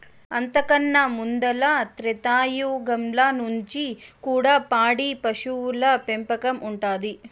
అంతకన్నా ముందల త్రేతాయుగంల నుంచి కూడా పాడి పశువుల పెంపకం ఉండాది